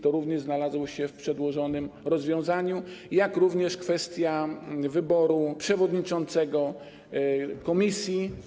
To również znalazło się w przedłożonym rozwiązaniu, jak również kwestia wyboru przewodniczącego komisji.